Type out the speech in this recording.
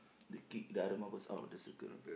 they kick the other marbles out of the circle know